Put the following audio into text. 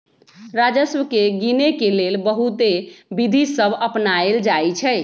राजस्व के गिनेके लेल बहुते विधि सभ अपनाएल जाइ छइ